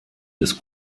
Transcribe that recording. des